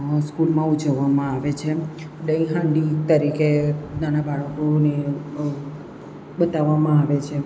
સ્કૂલમાં ઉજવવામાં આવે છે દહીં હાંડી તરીકે નાના બાળકોને બતાવવામાં આવે છે